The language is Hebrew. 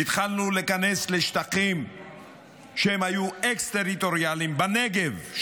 התחלנו להיכנס לשטחים שהיו אקסטריטוריאליים בנגב,